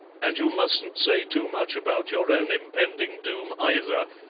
and you mustn't say too much about your own impending doom either,